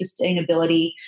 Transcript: sustainability